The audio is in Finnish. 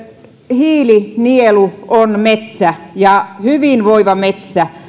hiilinielu on metsä ja hyvinvoiva metsä